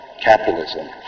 capitalism